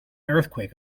earthquake